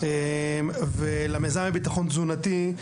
ולמיזם לביטחון תזונתי,